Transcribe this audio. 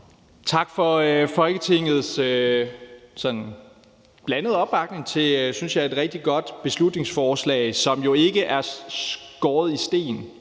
Tak for Folketingets sådan blandede opbakning til, synes jeg, et rigtig godt beslutningsforslag, som jo ikke er skåret i sten.